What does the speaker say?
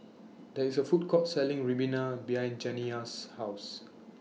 There IS A Food Court Selling Ribena behind Janiyah's House